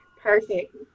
perfect